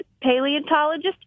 Paleontologist